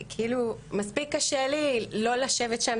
מספיק קשה לי לא לשבת שם,